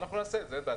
נעשה את זה, אין בעיה.